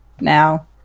now